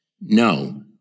no